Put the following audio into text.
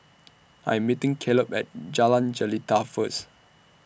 I Am meeting Kaleb At Jalan Jelita First